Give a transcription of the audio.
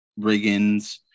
Riggins